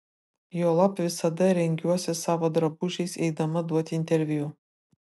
juolab visada rengiuosi savo drabužiais eidama duoti interviu